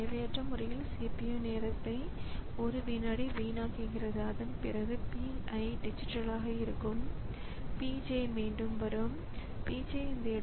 ஆனால் இதில் கடினமானது என்னவென்றால் பயனாளருக்கு கொடுக்கப்படும் இந்த ரெஸ்பான்ஸ் நிர்ணயிக்கப்பட்டதாக இல்லை